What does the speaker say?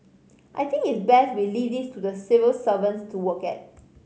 I think it's best we leave this to the civil servants to work at